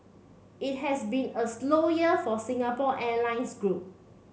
it has been a slow year for the Singapore Airlines group